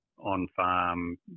on-farm